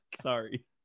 sorry